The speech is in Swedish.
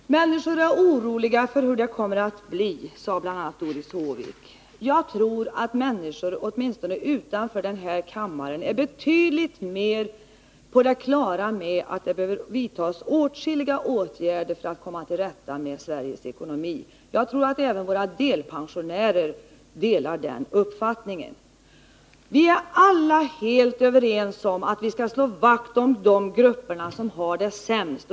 Herr talman! Människorna är oroliga för hur det kommer att bli, sade Doris Håvik bl.a. Jag tror att människor, åtminstone utanför den här kammaren, i hög grad är på det klara med att det behöver vidtas åtskilliga åtgärder för att komma till rätta med Sveriges ekonomi. Jag tror att även delpensionärerna hyser den uppfattningen. Vi är alla helt överens om att vi skall slå vakt om de grupper som har det sämst.